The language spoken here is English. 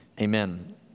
Amen